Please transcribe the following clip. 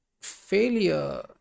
failure